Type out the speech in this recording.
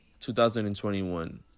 2021